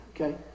Okay